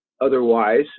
otherwise